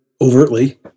overtly